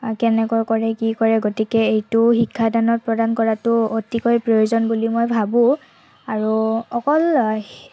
কেনেকৈ কৰে কি কৰে গতিকে এইটো শিক্ষাদানত প্ৰদান কৰাতো অতিকৈ প্ৰয়োজন বুলি মই ভাবোঁ আৰু অকল